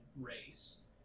race